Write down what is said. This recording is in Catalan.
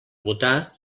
votar